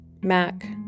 Mac